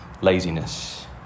laziness